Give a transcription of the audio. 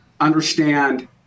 understand